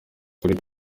ukuri